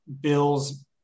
Bills